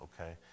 okay